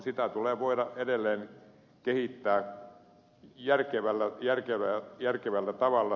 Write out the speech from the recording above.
sitä tulee voida edelleen kehittää järkevällä tavalla